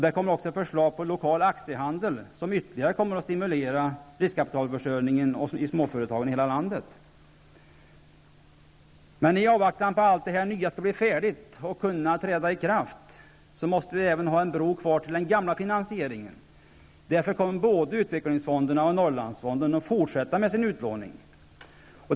Det kommer också ett förslag på lokal aktiehandel, som ytterligare kommer att stimulera riskkapitalförsörjningen för småföretagen i hela landet. I avvaktan på att allt detta nya skall bli färdigt att träda i kraft, måste vi även ha en bro kvar till den gamla finansieringen. Därför kommer både utvecklingsfonderna och Norrlandsfonden att fortsätta med sin utlåning.